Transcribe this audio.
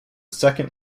second